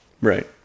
Right